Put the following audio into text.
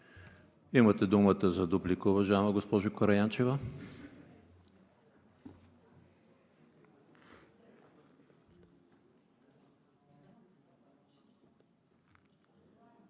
Имате думата за дуплика, уважаема госпожо Караянчева.